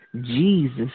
Jesus